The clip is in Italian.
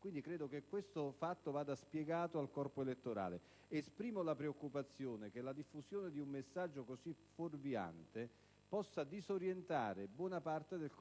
genere. Credo che questo fatto vada spiegato al corpo elettorale. Esprimo la preoccupazione che la diffusione di un messaggio così fuorviante possa disorientare buona parte del